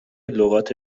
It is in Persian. لغات